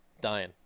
dying